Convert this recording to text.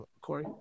Corey